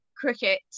cricket